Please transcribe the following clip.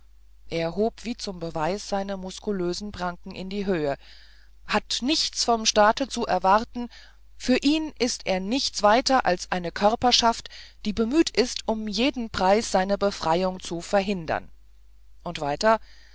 er hob wie zum beweis seine muskulösen pranken in die höhe hat nichts vom staate zu erwarten für ihn ist er nichts weiter als eine körperschaft die bemüht ist um jeden preis seine befreiung zu verhindern und weiter